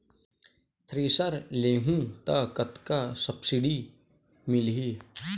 Thresher लेहूं त कतका सब्सिडी मिलही?